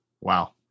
Wow